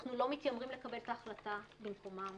אנחנו לא מתיימרים לקבל את ההחלטה במקומם.